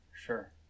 sure